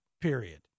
period